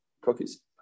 cookies